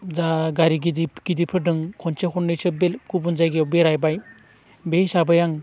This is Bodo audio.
जा गारि गिदिद गिदिद फोरजों खनसे खननैसो गुबुन जायगायाव बेरायबाय बे हिसाबै आं